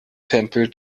tempel